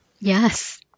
Yes